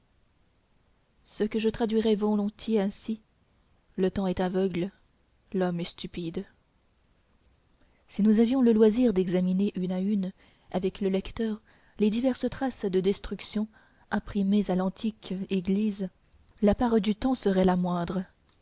ce que je traduirais volontiers ainsi le temps est aveugle l'homme est stupide si nous avions le loisir d'examiner une à une avec le lecteur les diverses traces de destruction imprimées à l'antique église la part du temps serait la moindre